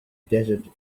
desert